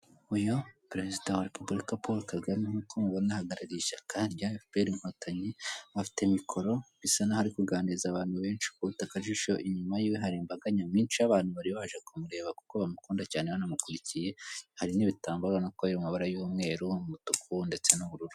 Uyu, Perezida wa Repubulika Paul Kagame, nk'uko mubibona ahagarariye ishyaka rya efuperi inkotanyi, afite mikoro bisa nkaho ari kuganiriza abantu benshi, wakubita akajisho inyuma yiwe hari imbaga nyamwinshi y'abantu bari baje kumureba, kuko bamukunda cyane banamukurikiye, hari n'ibitambaro ubona ko biri mu mabara y'umweru, umutuku ndetse n'ubururu.